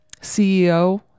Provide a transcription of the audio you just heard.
CEO